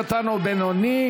קטן או בינוני),